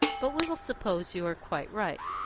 but we will suppose you are quite right.